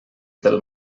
del